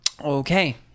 Okay